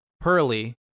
pearly